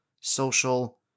social